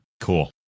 Cool